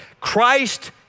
Christ